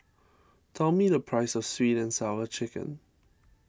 tell me the price of Sweet and Sour Chicken